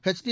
HD